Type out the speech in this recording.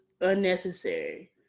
unnecessary